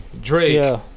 Drake